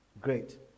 Great